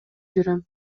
жүрөм